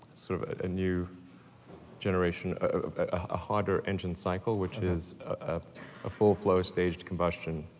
sort of a new generation, a harder engine cycle, which is ah a full flow staged combustion.